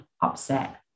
upset